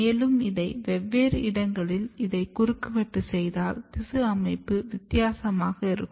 மேலும் இதை வெவ்வேறு இடங்களில் இதை குறுக்கு வெட்டு செய்தால் திசு அமைப்பு வித்தியாசமாக இருக்கும்